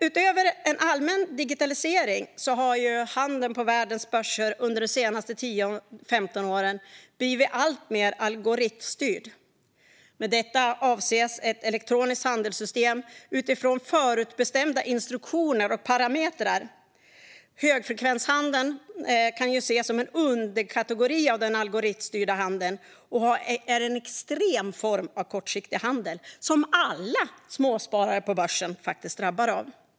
Utöver en allmän digitalisering har handeln på världens börser under de senaste 10-15 åren blivit alltmer algoritmstyrd. Med detta avses ett elektroniskt handelssystem utifrån förutbestämda instruktioner och parametrar. Högfrekvenshandeln kan ses som en underkategori av den algoritmstyrda handeln och är en extrem form av kortsiktig handel som alla småsparare på börsen faktiskt är drabbade av.